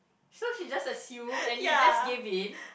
so she just assume and you just gave in